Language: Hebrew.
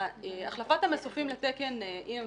החלפת המסופים לתקן EMV,